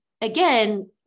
again